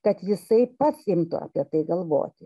kad jisai pats imtų apie tai galvoti